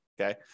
okay